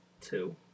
two